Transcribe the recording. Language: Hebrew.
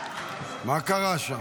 --- מה קרה שם?